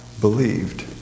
believed